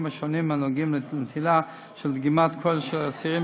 הקשורים לנטילת דגימת קול של אסירים,